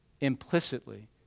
implicitly